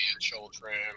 children